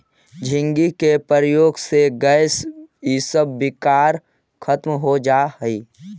झींगी के प्रयोग से गैस इसब विकार खत्म हो जा हई